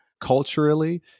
Culturally